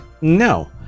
no